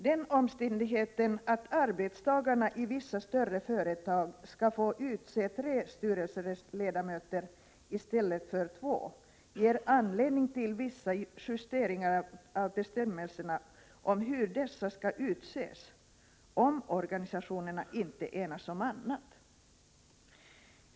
Den omständigheten att arbetstagarna i vissa större företag skall få utse tre styrelseledamöter i stället för två ger anledning till vissa justeringar av bestämmelserna om hur dessa skall utses, om organisationerna inte enas om annat.